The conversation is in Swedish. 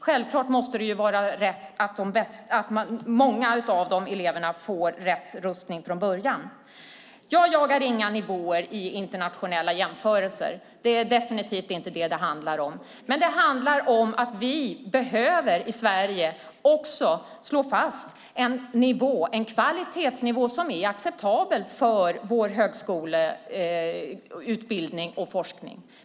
Självklart måste det vara rätt att många av eleverna blir rätt rustade från början. Jag jagar inga nivåer i internationella jämförelser. Det är definitivt inte det som det handlar om. Det handlar om att vi i Sverige behöver slå fast en kvalitetsnivå som är acceptabel för vår högskoleutbildning och forskning.